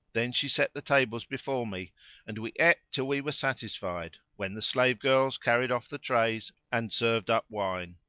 then she set the tables before me and we ate till we were satisfied, when the slave girls carried off the trays and served up wine.